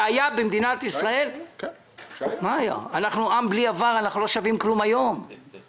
שאולי נעתיק לו את